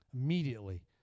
Immediately